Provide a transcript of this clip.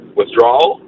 withdrawal